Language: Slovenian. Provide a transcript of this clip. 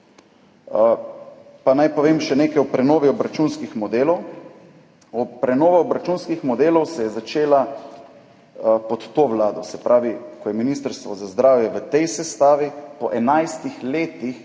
Pa naj povem še nekaj o prenovi obračunskih modelov. Prenova obračunskih modelov se je začela pod to vlado. Se pravi, ko je ministrstvo za zdravje v tej sestavi po 11 letih